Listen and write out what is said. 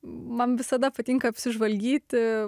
man visada patinka apsižvalgyti